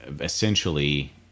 essentially